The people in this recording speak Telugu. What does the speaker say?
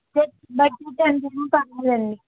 బ బడ్జెట్ ఎంతైనా పర్వాలేదండి